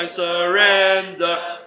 Surrender